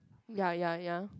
ya ya ya